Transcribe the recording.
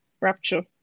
rapture